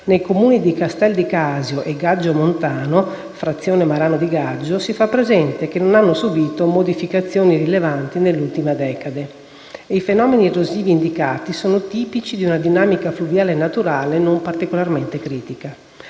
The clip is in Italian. nei Comuni di Castel di Casio e Gaggio Montano, frazione Marano di Gaggio, si fa presente che essi non hanno subito modificazioni rilevanti nell'ultima decade e che i fenomeni erosivi indicati sono tipici di una dinamica fluviale naturale non particolarmente critica.